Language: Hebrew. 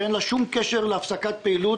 אין לזה שום קשר להפסקת פעילות.